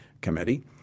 Committee